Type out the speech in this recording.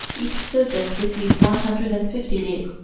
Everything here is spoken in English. each sergeant received one hundred and fifty livres,